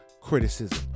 criticism